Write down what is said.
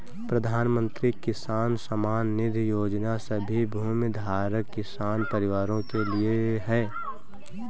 प्रधानमंत्री किसान सम्मान निधि योजना सभी भूमिधारक किसान परिवारों के लिए है